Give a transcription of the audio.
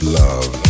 love